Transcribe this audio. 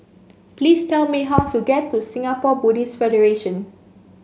please tell me how to get to Singapore Buddhist Federation